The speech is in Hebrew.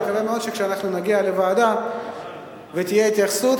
אני מקווה מאוד שכשאנחנו נגיע לוועדה תהיה התייחסות,